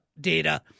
data